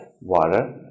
water